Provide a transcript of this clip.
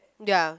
ya